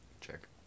check